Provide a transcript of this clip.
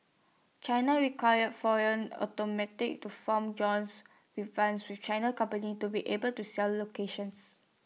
China require foreign automatic to form joins we vans with China company to be able to sell locations